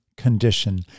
Condition